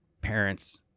parents